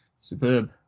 Superb